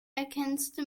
ergänzte